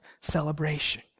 celebration